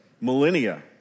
millennia